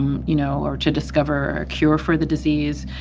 um you know, or to discover a cure for the disease.